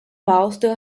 bolsters